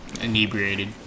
inebriated